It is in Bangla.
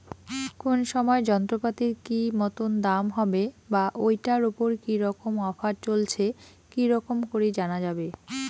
কোন সময় যন্ত্রপাতির কি মতন দাম হবে বা ঐটার উপর কি রকম অফার চলছে কি রকম করি জানা যাবে?